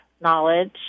knowledge